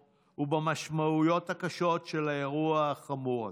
ובמשמעויות הקשות של האירוע החמור הזה.